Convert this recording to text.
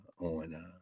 on